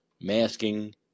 masking